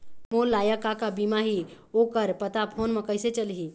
मोर लायक का का बीमा ही ओ कर पता फ़ोन म कइसे चलही?